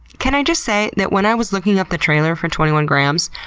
can i just say that when i was looking up the trailer for twenty one grams,